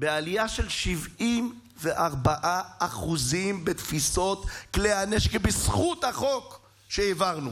בעלייה של 74% בתפיסות כלי הנשק בזכות החוק שהעברנו.